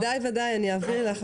בוודאי, אני אעביר לך.